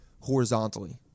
horizontally